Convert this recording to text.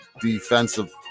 defensive